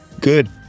Good